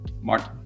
Martin